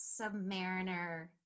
submariner